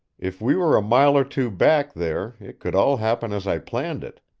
if we were a mile or two back there it could all happen as i planned it.